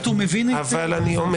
אני הבנתי,